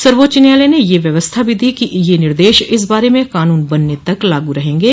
सर्वोच्च न्यायालय ने यह व्यवस्था भी दी कि ये निर्देश इस बारे में कानून बनने तक लागू रहेगे